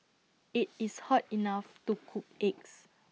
IT is hot enough to cook eggs